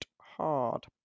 hard